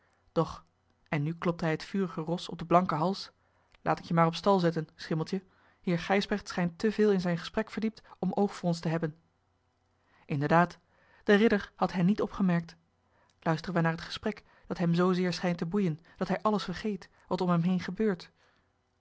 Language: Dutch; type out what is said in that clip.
doch en nu klopte hij het vurige ros op den blanken hals laat ik je maar op stal zetten schimmeltje heer gijsbrecht schijnt te veel in zijn gesprek verdiept om oog voor ons te hebben inderdaad de ridder had hen niet opgemerkt luisteren wij naar het gesprek dat hem zoozeer schijnt te boeien dat hij alles vergeet wat om hem heen gebeurt